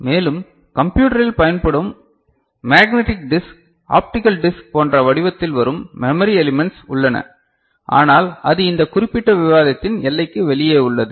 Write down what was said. மேலும் கம்ப்யூட்டரில் பயன் படும் மேக்னடிக் டிஸ்க் ஆப்டிகல் டிஸ்க் போன்ற வடிவத்தில் வரும் மெமரி எலிமென்ட்ஸ் உள்ளன ஆனால் அது இந்த குறிப்பிட்ட விவாதத்தின் எல்லைக்கு வெளியே உள்ளது